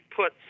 put